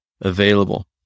available